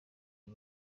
iyi